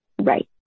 Right